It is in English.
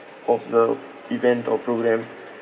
of the event or program